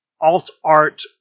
Alt-Art